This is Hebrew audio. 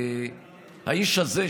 האיש הזה,